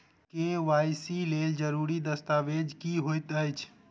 KYC लेल जरूरी दस्तावेज की होइत अछि?